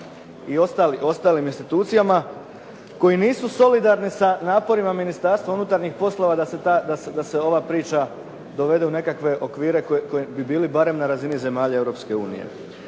i ostalim institucijama koji nisu solidarni sa naporima Ministarstva unutarnjih poslova da se ova priča dovede u nekakve okvire koji bi bili barem na razini zemalja